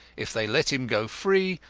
if they let him go free,